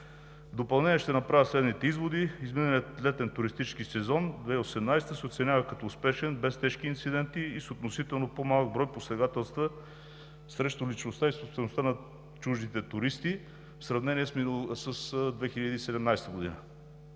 допълнение ще направя следните изводи. Изминалият летен туристически сезон 2018 г. се оценява като успешен, без тежки инциденти и с относително по-малък брой посегателства срещу личността и собствеността на чуждите туристи в сравнение с 2017 г.